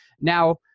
Now